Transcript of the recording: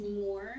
more